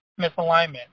misalignment